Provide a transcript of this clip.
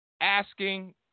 Asking